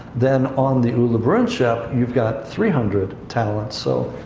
then on the uluburun ship, you've got three hundred talents. so,